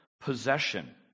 possession